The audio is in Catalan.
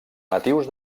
natius